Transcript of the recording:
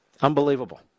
Unbelievable